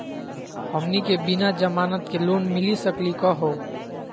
हमनी के बिना जमानत के लोन मिली सकली क हो?